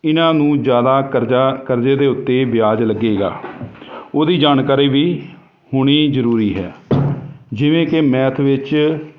ਇਹਨਾਂ ਨੂੰ ਜ਼ਿਆਦਾ ਕਰਜ਼ਾ ਕਰਜ਼ੇ ਦੇ ਉੱਤੇ ਵਿਆਜ ਲੱਗੇਗਾ ਉਹਦੀ ਜਾਣਕਾਰੀ ਵੀ ਹੋਣੀ ਜ਼ਰੂਰੀ ਹੈ ਜਿਵੇਂ ਕਿ ਮੈਥ ਵਿੱਚ